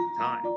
time